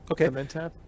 Okay